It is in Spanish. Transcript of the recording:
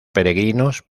peregrinos